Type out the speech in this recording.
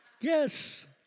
Yes